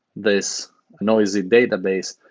this noisy database,